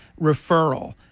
referral